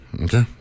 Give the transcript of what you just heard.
okay